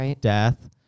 death